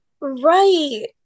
Right